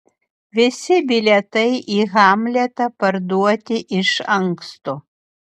visi bilietai į hamletą parduoti iš anksto